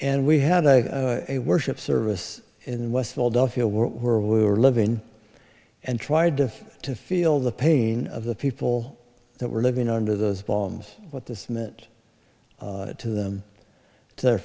and we had a worship service in west philadelphia were we were living and tried to feel the pain of the people that were living under those bombs what this meant to them to their